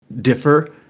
differ